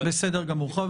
בסדר גמור.